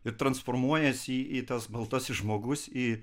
ir transformuojasi į tas baltasis žmogus į